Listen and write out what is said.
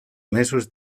mesos